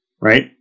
right